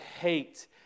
hate